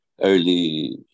early